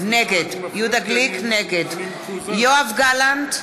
נגד יואב גלנט,